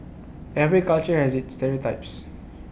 every culture has its stereotypes